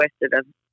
Requested